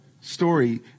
story